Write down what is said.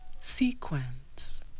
sequence